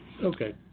Okay